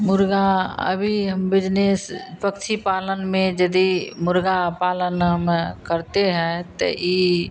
मुर्ग़ा अभी हम बिजनेस पक्षी पालन में यदि मुर्ग़ा पालन हम करते हैं तो ई